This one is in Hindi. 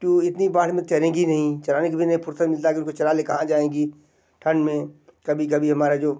जो इतनी बाढ़ में चरेंगी नहीं चराने कि भी नहीं फ़ुरसत मिलता है क्योंकि चराने कहाँ जाएंगी ठंढ में कभी कभी हमारा जो